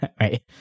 Right